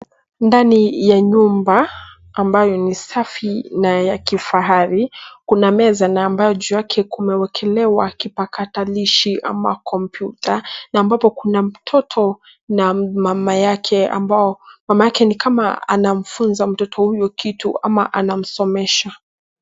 Ndani ya nyumba ambayo ni safi na ya kifahari. Kuna meza na ambayo juu yake kumewekelewa kipakatalishi ama kompyuta na ambapo kuna mtoto na mama yake ambao mama yake ni kama anamfunza mtoto huyo kitu ama anamsomesha.